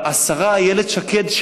השרה איילת שקד,